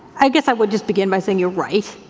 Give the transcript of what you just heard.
i guess i would just begin by saying you're right.